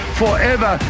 forever